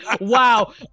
Wow